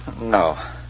No